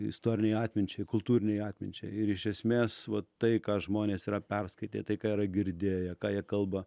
istorinei atminčiai kultūrinei atminčiai ir iš esmės vat tai ką žmonės yra perskaitę tai ką jie yra girdėję ką jie kalba